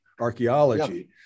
Archaeology